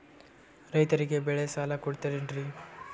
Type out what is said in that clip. ರೈತರಿಗೆ ಬೆಳೆ ಸಾಲ ಕೊಡ್ತಿರೇನ್ರಿ?